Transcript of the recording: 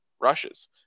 rushes